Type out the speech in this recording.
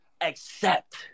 accept